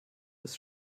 ist